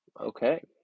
Okay